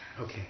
Okay